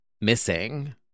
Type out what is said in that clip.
missing